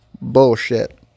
bullshit